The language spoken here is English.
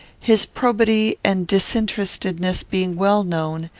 his probity and disinterestedness being well known,